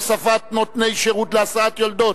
הוספת נותני שירות להסעת יולדת),